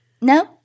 no